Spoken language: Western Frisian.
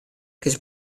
kinst